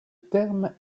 terme